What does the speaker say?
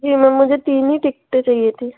जी ma'am मुझे तीन ही टिकटें चाहिए थी